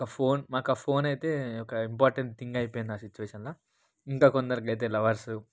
ఒక ఫోన్ మాకా ఫోనయితే ఒక ఇంపార్టెంట్ థింగ్ అయిపోయింది సిట్యువేషన్లో ఇంక కొందరికయితే లవర్సు